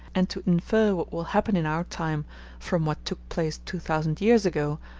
and to infer what will happen in our time from what took place two thousand years ago,